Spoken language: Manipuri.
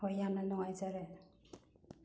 ꯍꯣꯏ ꯌꯥꯝꯅ ꯅꯨꯡꯉꯥꯏꯖꯔꯦ